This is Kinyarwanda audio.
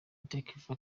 dark